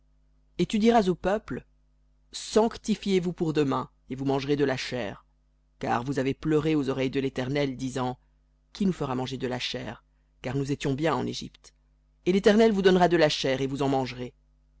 et tu diras au peuple sanctifiez vous pour demain et vous mangerez de la chair car vous avez pleuré aux oreilles de l'éternel disant qui nous fera manger de la chair car nous étions bien en égypte et l'éternel vous donnera de la chair et vous en mangerez